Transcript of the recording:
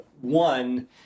One